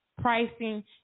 pricing